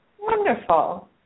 Wonderful